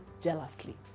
jealously